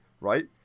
right